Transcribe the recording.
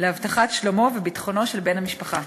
להבטחת שלומו וביטחונו של בן המשפחה.